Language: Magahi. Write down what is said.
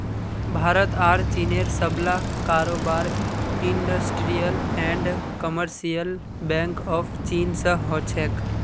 भारत आर चीनेर सबला कारोबार industrial and commercial bank of चीन स हो छेक